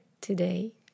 today